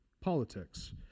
politics